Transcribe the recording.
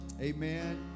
Amen